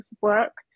work